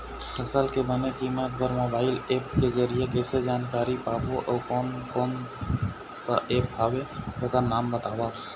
फसल के बने कीमत बर मोबाइल ऐप के जरिए कैसे जानकारी पाबो अउ कोन कौन कोन सा ऐप हवे ओकर नाम बताव?